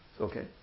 Okay